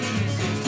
easy